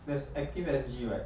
there's active S_G [what]